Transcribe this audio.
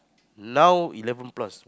now eleven plus